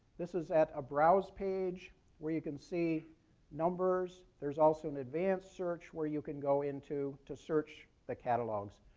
this is at a browse page where you can see numbers. there's also an advanced search where you can go into to search the catalogs.